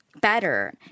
better